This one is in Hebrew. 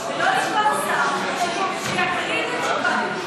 ולא לשלוח שר שיקריא את התשובה במקומה.